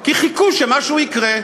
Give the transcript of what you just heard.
כי חיכו שמשהו יקרה.